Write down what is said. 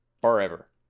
forever